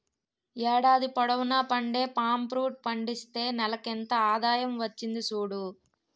ఏడాది పొడువునా పండే పామ్ ఫ్రూట్ పండిస్తే నెలకింత ఆదాయం వచ్చింది సూడు